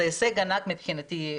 זה הישג ענק מבחינתי,